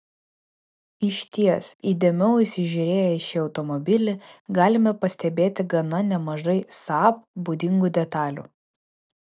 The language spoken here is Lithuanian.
išties įdėmiau įsižiūrėję į šį automobilį galime pastebėti gana nemažai saab būdingų detalių